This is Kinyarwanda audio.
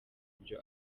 byo